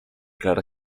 clara